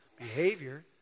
behavior